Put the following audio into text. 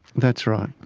that's right.